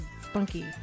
spunky